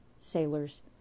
sailors